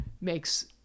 makes